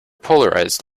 polarized